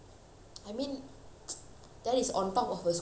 that is on top of her school fees lah so it's a lot